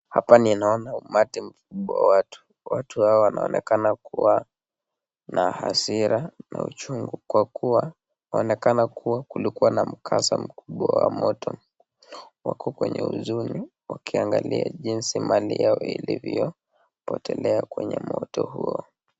Hapa ninaona umati mkubwa wa watu, watu hawa wanaonekana kuwa na hasira na uchungu, kwa kuwa waonekana kuwa kulikuwa na mkasa mkubwa wa moto, wako kwenye huzuni wakiangalia jinsi mali yao ilivyopotelea kwenye moto huo.